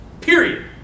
Period